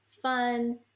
Fun